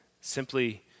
simply